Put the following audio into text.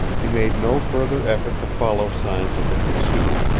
he made no further effort to follow signs of the pursued,